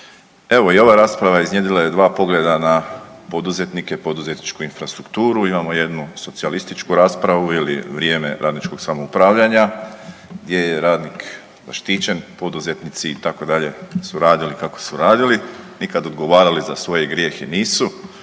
Evo i ova rasprava iznjedrila je 2 pogleda na poduzetnike, poduzetničku infrastrukturu, imamo jednu socijalističku raspravu jer je vrijeme radničkog samoupravljanja gdje je radnik zaštićen, poduzetnici, itd. su radili kako su radili, nikad odgovarali za svoje grijehe nisu,